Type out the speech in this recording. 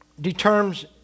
determines